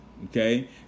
Okay